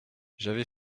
j’avais